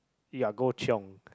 ya go chiong